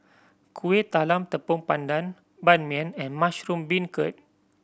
Kuih Talam Tepong Pandan Ban Mian and mushroom beancurd